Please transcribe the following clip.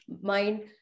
mind